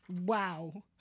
wow